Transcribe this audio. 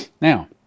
Now